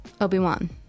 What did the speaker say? Obi-Wan